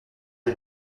des